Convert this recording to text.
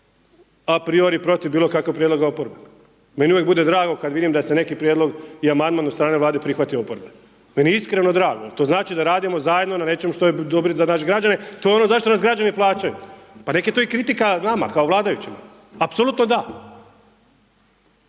a priori protiv bilo kakvog prijedloga oporbe. Meni uvijek bude drago kada vidim da se neki prijedlog i amandman od strane Vlade prihvatio od oporbe. Meni je iskreno drago jer to znači da radimo zajedno na nečemu što je dobro za naše građane, to je ono za što nas građani plaćaju pa neka je to i kritika nama, kao vladajućima, apsolutno da,